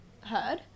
heard